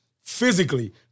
physically